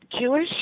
Jewish